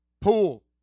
pool